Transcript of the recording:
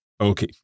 Okay